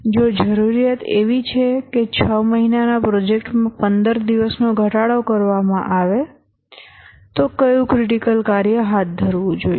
જો જરૂરિયાત એવીછે કે 6 મહિનાના પ્રોજેક્ટમાં 15 દિવસનો ઘટાડો કરવામાં આવે તો કયું ક્રિટિકલ કાર્ય હાથ ધરવું જોઈએ